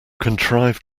contrive